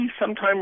sometime